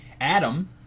Adam